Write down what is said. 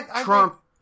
Trump